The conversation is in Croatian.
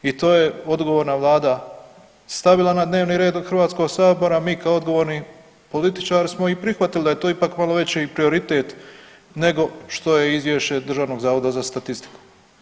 I to je odgovorna Vlada stavila na dnevni red Hrvatskog sabora, a mi kao odgovorni političari smo i prihvatili da je to ipak i malo veći prioritet nego što je Izvješće Državnog zavoda za statistiku.